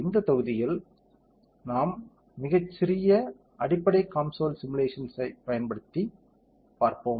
இந்த தொகுதியில் நாம் மிக சிறிய அடிப்படை COMSOL சிமுலேஷன்ஸ் ஐப் பார்ப்போம்